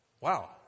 Wow